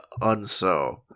unso